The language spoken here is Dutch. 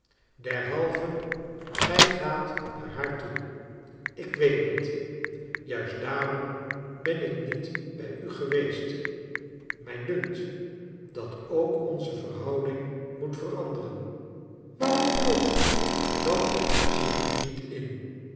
derhalve gij gaat naar haar toe ik weet niet juist daarom ben ik niet bij u geweest mij dunkt dat ook onze verhouding moet veranderen waarom toch dat zie ik niet in